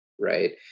right